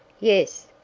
yes,